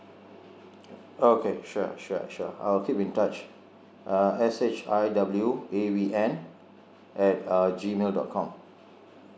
okay sure sure sure I'll keep in touch uh s h i w a v n at uh g mail dot com